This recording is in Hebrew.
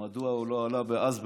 מדוע הוא לא עלה אז,